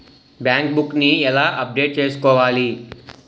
Bank book నీ ఎలా update చేసుకోవాలి?